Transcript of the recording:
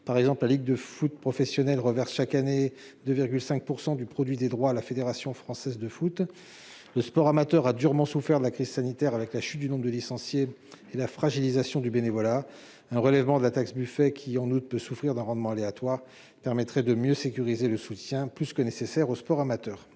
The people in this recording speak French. Par exemple, la Ligue de football professionnel reverse chaque année 2,5 % du produit des droits à la Fédération française de foot. Le sport amateur ayant durement souffert de la crise sanitaire, avec la chute du nombre de licenciés et la fragilisation du bénévolat, un relèvement de la taxe Buffet, qui, en outre, peut pâtir d'un rendement aléatoire, permettrait de mieux sécuriser le soutien, plus que nécessaire, au sport amateur.